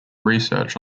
research